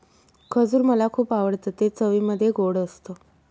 खजूर मला खुप आवडतं ते चवीमध्ये गोड असत